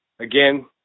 Again